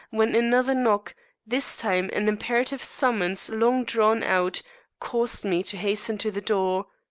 when another knock this time an imperative summons long drawn out caused me to hasten to the door.